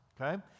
okay